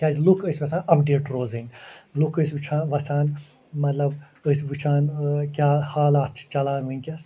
کیٛازِ لُکھ ٲسۍ یژھان اپڈیٹ روزٕنۍ لُکھ ٲسۍ وٕچھان وژھان مطلب ٲسۍ وٕچھان کیٛاہ حالات چھِ چَلان وٕنۍکٮ۪س